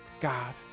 God